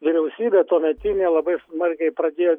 vyriausybė tuometinė labai smarkiai pradėjo